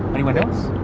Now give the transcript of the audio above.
anyone else?